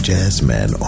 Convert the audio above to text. Jazzman